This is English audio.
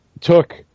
took